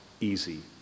easy